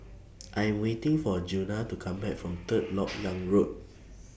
I Am waiting For Djuna to Come Back from Third Lok Yang Road